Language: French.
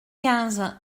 quinze